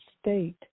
state